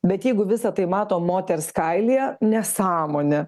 bet jeigu visa tai matom moters kailyje nesąmonė